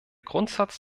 grundsatz